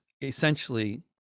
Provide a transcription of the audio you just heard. essentially